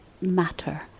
matter